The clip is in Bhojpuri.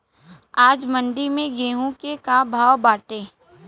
आज मंडी में गेहूँ के का भाव बाटे?